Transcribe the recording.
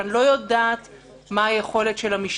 אני לא יודעת מה היכולת של המשטרה